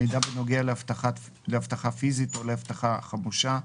מידע בנוגע לאבטחה פיזית או לאבטחה חמושה,